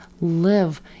live